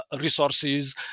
resources